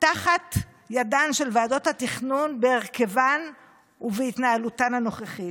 תחת ידן של ועדות התכנון בהרכבן ובהתנהלותן הנוכחית.